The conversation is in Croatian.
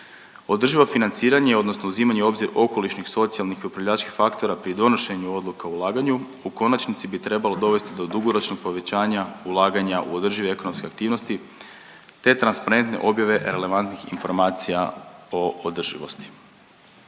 Održivo financiranje odnosno uzimanje u obzir okolišnih socijalnih i upravljačkih faktora pri donošenju odluka o ulaganju u konačnici bi trebalo dovesti do dugoročnog povećanja ulaganja u održive ekonomske aktivnosti te transparentne objave relevantnih informacija o održivosti.